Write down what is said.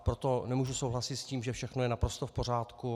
Proto nemůžu souhlasit s tím, že všechno je naprosto v pořádku.